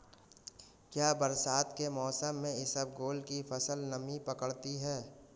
क्या बरसात के मौसम में इसबगोल की फसल नमी पकड़ती है?